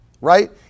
right